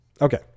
Okay